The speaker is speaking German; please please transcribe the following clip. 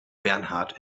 bernhard